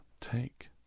take